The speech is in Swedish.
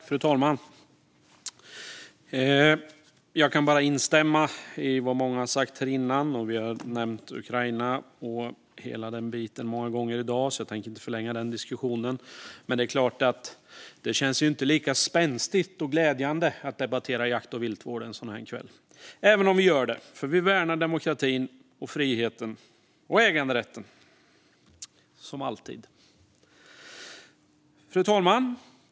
Fru talman! Jag kan bara instämma i vad många sagt här tidigare. Vi har nämnt Ukraina och hela den biten många gånger i dag, så jag tänker inte förlänga den diskussionen. Men det är klart att det inte känns lika spänstigt och glädjande att debattera jakt och viltvård en sådan här kväll. Ändå gör vi det, för vi värnar demokratin och friheten - och äganderätten - som alltid. Fru talman!